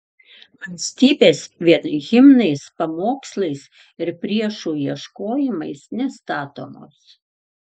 valstybės vien himnais pamokslais ir priešų ieškojimais nestatomos